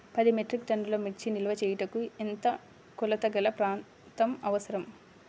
పది మెట్రిక్ టన్నుల మిర్చి నిల్వ చేయుటకు ఎంత కోలతగల ప్రాంతం అవసరం?